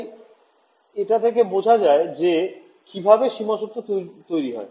তাই এটা থেকে বোঝা যায় যে কিভাবে সীমা শর্ত তৈরি হয়